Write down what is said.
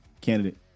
candidate